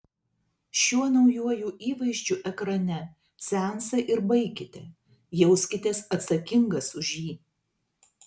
šiuo naujuoju įvaizdžiu ekrane seansą ir baikite jauskitės atsakingas už jį